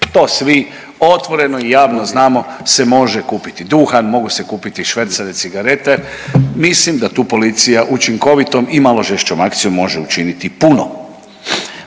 to svi otvoreno i javno znamo, se može kupiti duhan, mogu se kupiti švercane cigarete, mislim da tu policija učinkovitom i malo žešćom akcijom može učiniti puno.